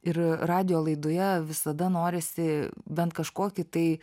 ir radijo laidoje visada norisi bent kažkokį tai